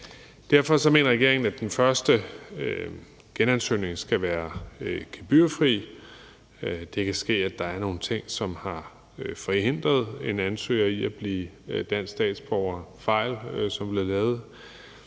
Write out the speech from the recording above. Derfor mener regeringen, at den første genansøgning skal være gebyrfri. Det kan ske, at der er nogle ting, som har forhindret en ansøger i at blive dansk statsborger – det kan